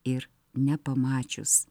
ir nepamačius